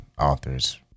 authors